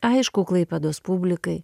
aišku klaipėdos publikai